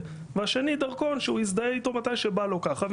והשני דרכון שהוא מזדהה איתו מתי שבא לו ככה,